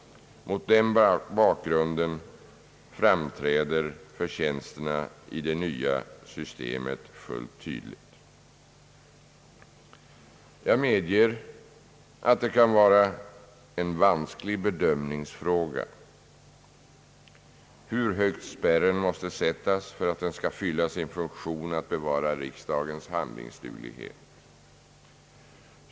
Mot den bakgrunden framträder förtjänsterna i det nya systemet fullt tydligt. Jag medger att det kan vara en vansklig bedömningsfråga hur högt spärren måste sättas för att den skall fylla sin funktion att bevara riksdagens handlingsduglighet.